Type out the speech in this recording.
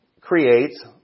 creates